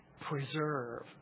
preserve